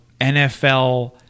NFL